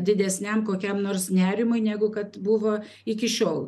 didesniam kokiam nors nerimui negu kad buvo iki šiol